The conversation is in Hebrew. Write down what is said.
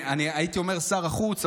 אני הייתי אומר שר החוץ,